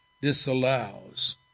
disallows